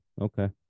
okay